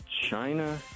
China